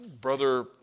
brother